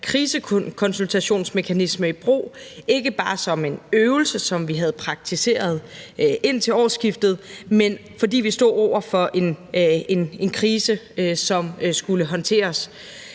krisekonsultationsmekanisme i brug. Det var ikke bare som en øvelse, som vi havde praktiseret indtil årsskiftet, men fordi vi stod over for en krise, som skulle håndteres,